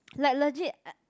like legit